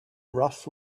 rough